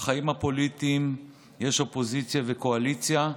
בחיים הפוליטיים יש אופוזיציה וקואליציה,